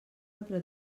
altre